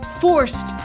forced